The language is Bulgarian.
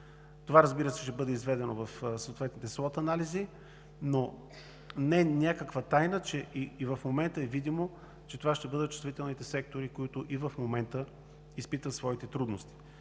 Това ще бъде изведено в съответните SWOT анализи, но не е някаква тайна – и сега е видимо, че това ще бъдат чувствителните сектори, които и в момента изпитват своите трудности.